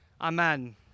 Amen